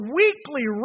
weekly